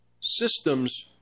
systems